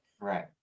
right